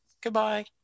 Goodbye